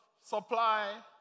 supply